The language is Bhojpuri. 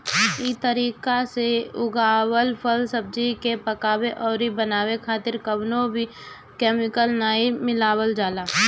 इ तरीका से उगावल फल, सब्जी के पकावे अउरी बढ़ावे खातिर कवनो केमिकल नाइ मिलावल जाला